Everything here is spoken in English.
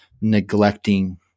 neglecting